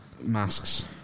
masks